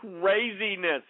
craziness